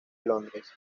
londres